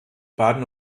baden